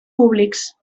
públics